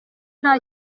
nta